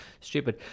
Stupid